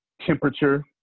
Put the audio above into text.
Temperature